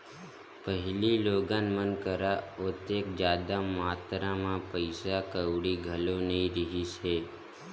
पहिली लोगन मन करा ओतेक जादा मातरा म पइसा कउड़ी घलो नइ रिहिस हे